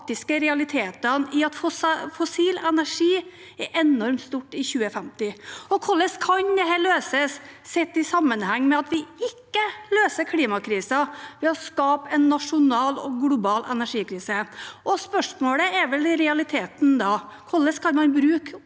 realitetene i at fossil energi vil være enormt stort i 2050. Hvordan kan det løses, sett i sammenheng med at vi ikke løser klimakrisen ved å skape en nasjonal og global energikrise? Spørsmålet er vel i realiteten da: Hvordan kan man bruke